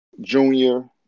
Junior